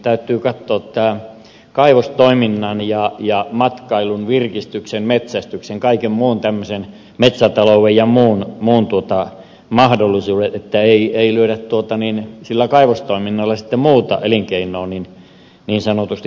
täytyy katsoa tämä kaivostoiminnan ja matkailun virkistyksen metsästyksen kaiken muun tämmöisen metsätalouden ja muun mahdollisuudet ettei lyödä sillä kaivostoiminnalla sitten muuta elinkeinoa niin sanotusti poskelle